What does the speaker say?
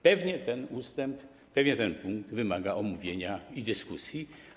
Pewnie ten ustęp, pewnie ten punkt wymaga omówienia i dyskusji.